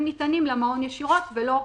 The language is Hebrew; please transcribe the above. הם ניתנים למעון ישירות, ולא להורים.